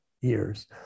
years